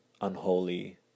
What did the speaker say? unholy